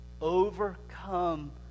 overcome